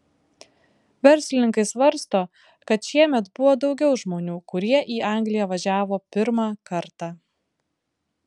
verslininkai svarsto kad šiemet buvo daugiau žmonių kurie į angliją važiavo pirmą kartą